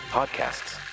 podcasts